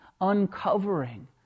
uncovering